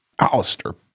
Alistair